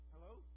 Hello